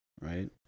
right